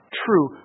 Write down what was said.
true